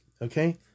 Okay